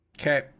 okay